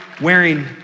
wearing